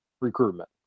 recruitment